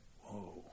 Whoa